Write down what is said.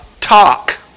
talk